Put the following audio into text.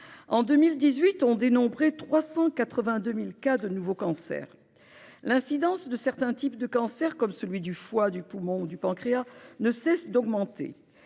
En 2018, on dénombrait 382 000 cas de nouveaux cancers. L'incidence de certains types de cancers, comme ceux du foie, du poumon ou du pancréas, ne cesse d'augmenter.